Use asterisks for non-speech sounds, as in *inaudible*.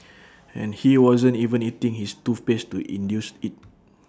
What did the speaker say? *noise* and he wasn't even eating his toothpaste to induce IT